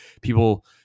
people